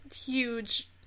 huge